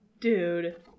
Dude